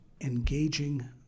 engaging